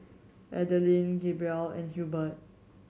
Adaline Gabrielle and Hubert